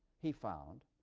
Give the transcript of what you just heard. he found,